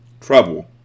trouble